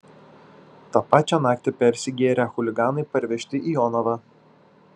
tą pačią naktį persigėrę chuliganai pervežti į jonavą